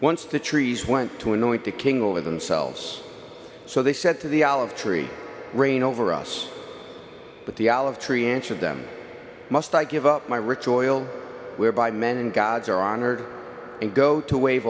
once the trees went to anoint a king over themselves so they said to the olive tree reign over us but the olive tree answered them must i give up my rich oil whereby men and gods are honored and go to wave